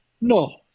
No